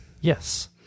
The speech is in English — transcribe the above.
Yes